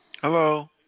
Hello